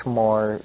more